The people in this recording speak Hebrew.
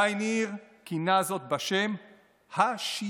גיא ניר כינה זאת בשם "השיטה"